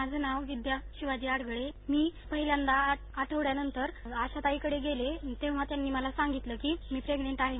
माझं नाव विद्या शिवाजी अडगळे मी पहिल्यांदा अठविङ्यानंतर आशाताईकडे गेले तेव्हा त्यांनी सांगितलं की मी प्रेग्नेंट आहे